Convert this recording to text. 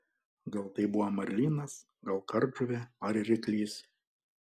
gal tai buvo marlinas gal kardžuvė ar ryklys